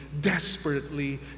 desperately